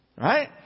Right